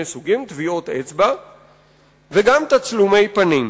סוגים: טביעות אצבע וגם תצלומי פנים.